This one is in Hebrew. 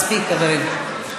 מספיק, חברים.